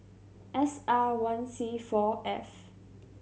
S R one C four F